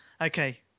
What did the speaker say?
Okay